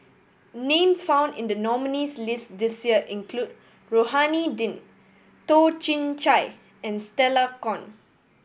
names found in the nominees' list this year include Rohani Din Toh Chin Chye and Stella Kon